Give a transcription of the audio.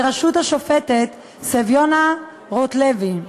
בראשות השופטת סביונה רוטלוי,